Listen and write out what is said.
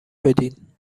شدین